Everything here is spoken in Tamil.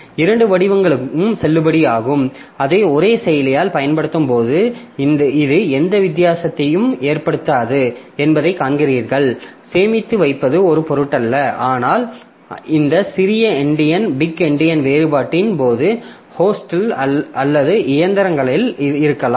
இரண்டு வடிவங்களும் செல்லுபடியாகும் அதை ஒரே செயலியில் பயன்படுத்தும்போது இது எந்த வித்தியாசத்தையும் ஏற்படுத்தாது என்பதை காண்கிறீர்கள் சேமித்து வைப்பது ஒரு பொருட்டல்ல ஆனால் இந்த சிறிய எண்டியன் பிக் எண்டியன் வேறுபாட்டின் போது ஹோஸ்ட் அல்லது இயந்திரங்களில் இருக்கிறோம்